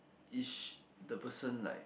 is the person like